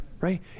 right